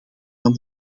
van